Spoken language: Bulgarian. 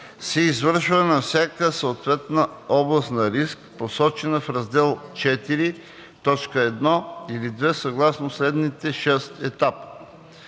се извършва за всяка съответна област на риск, посочена в раздел IV, т. 1 или 2 съгласно следните шест етапа: